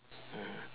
mmhmm